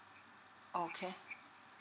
okay